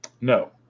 No